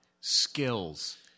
skills